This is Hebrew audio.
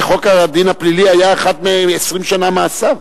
בחוק הדין הפלילי, היתה 20 שנה מאסר,